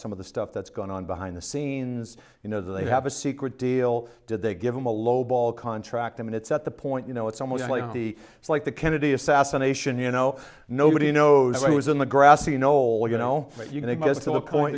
some of the stuff that's going on behind the scenes you know they have a secret deal did they give him a lowball contract i mean it's at the point you know it's almost like the it's like the kennedy assassination you know nobody knows what was in the grassy knoll you know but you can it is still a point